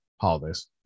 holidays